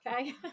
Okay